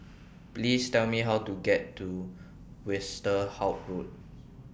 Please Tell Me How to get to Westerhout Road